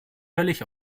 völlig